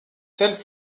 sels